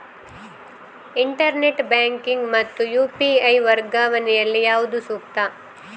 Internet banking ಮತ್ತು UPI ವರ್ಗಾವಣೆ ಯಲ್ಲಿ ಯಾವುದು ಸೂಕ್ತ?